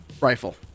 rifle